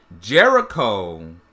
Jericho